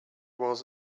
was